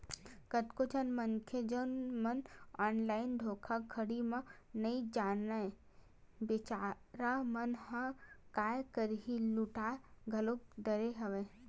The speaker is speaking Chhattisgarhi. कतको झन मनखे जउन मन ऑनलाइन धोखाघड़ी ल नइ जानय बिचारा मन ह काय करही लूटा घलो डरे हवय